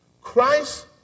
Christ